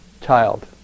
child